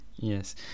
Yes